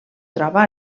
troba